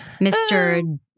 Mr